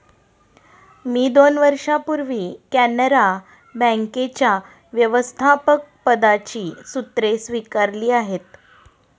मी दोन वर्षांपूर्वी कॅनरा बँकेच्या व्यवस्थापकपदाची सूत्रे स्वीकारली आहेत